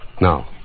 Now